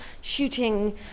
shooting